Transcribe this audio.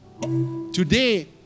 Today